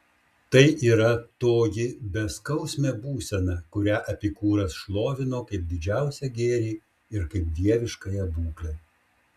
tai yra toji beskausmė būsena kurią epikūras šlovino kaip didžiausią gėrį ir kaip dieviškąją būklę